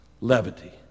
levity